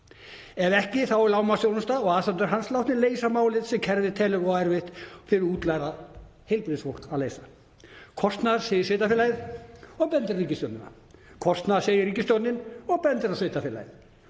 Ef ekki þá er lágmarksþjónusta og aðstandendur hans látnir leysa málið sem kerfið telur vera of erfitt fyrir útlært heilbrigðisstarfsfólk að leysa. Kostnaður, segir sveitarfélagið og bendir á ríkisstjórnina. Kostnaður, segir ríkisstjórnin og bendir á að sveitarfélagið.